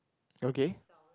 okay